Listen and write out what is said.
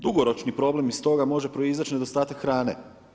Dugoročni problem iz toga može proizaći nedostatak hrane.